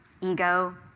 ego